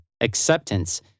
acceptance